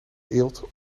eelt